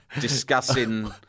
Discussing